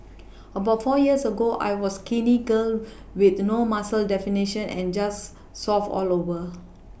about four years ago I was skinny girl with no muscle definition and just soft all over